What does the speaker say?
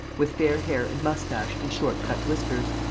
with fair hair and moustache and short-cut whiskers.